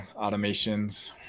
automations